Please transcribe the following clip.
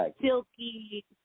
silky